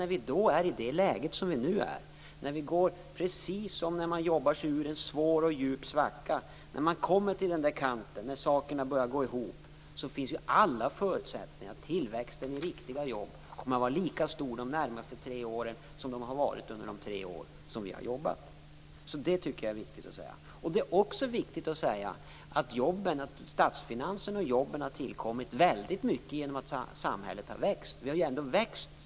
När vi befinner oss i ett läge som det nuvarande - precis som när man jobbar sig ur en svår och djup svacka och man kommer till den kant där saker börjar gå ihop - finns det alla förutsättningar för att tillväxten när det gäller riktiga jobb kommer att vara lika stor under de närmaste tre åren som den varit under de tre år som vi har jobbat. Det tycker jag är viktigt att säga. Det är också viktigt att säga att statsfinanserna och jobben i stor utsträckning tillkommit genom att samhället har växt.